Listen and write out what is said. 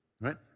Right